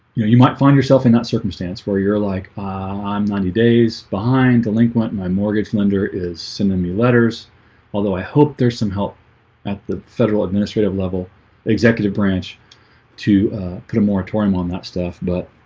you might find yourself in that circumstance you're like, ah i'm ninety days behind. the link went my mortgage lender is sending me letters although i hope there's some help at the federal administrative level executive branch to put a moratorium on that stuff, but